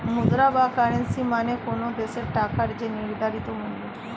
মুদ্রা বা কারেন্সী মানে কোনো দেশের টাকার যে নির্ধারিত মূল্য